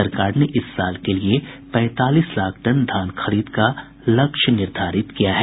सरकार ने इस साल के लिये पैंतालीस लाख टन धान खरीद का लक्ष्य निर्धारित किया है